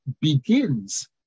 begins